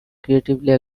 creatively